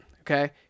okay